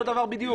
אותו דבר בדיוק.